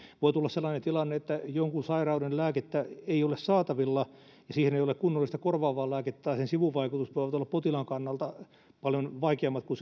voi tulla sellainen tilanne että jonkun sairauden lääkettä ei ole saatavilla ja siihen ei ole kunnollista korvaavaa lääkettä tai sen sivuvaikutukset voivat olla potilaan kannalta paljon vaikeammat kuin